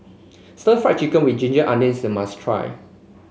stir Fry Chicken with Ginger Onions is a must try